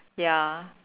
ya